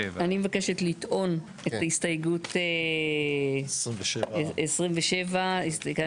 סעיף 27. ‬‬‬‬‬ אני מבקשת לטעון את הסתייגות 27. כאן